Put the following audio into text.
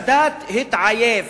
סאדאת התעייף,